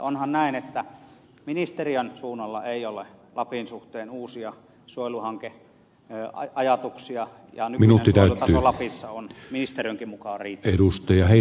onhan näin että ministeriön suunnalla ei ole lapin suhteen uusia suojeluhankeajatuksia ja nykyinen suojelutaso lapissa on ministeriönkin mukaan riittävä